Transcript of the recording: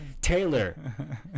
Taylor